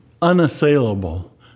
unassailable